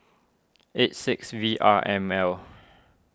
eight six V R M L